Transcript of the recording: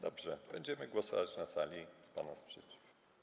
Dobrze, będziemy głosować na sali nad pana sprzeciwem.